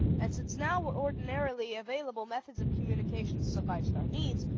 and since now ordinarily available methods of communication sufficed our needs,